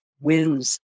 wins